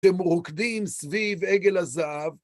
הם רוקדים סביב עגל הזהב.